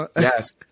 Yes